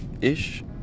ish